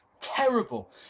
terrible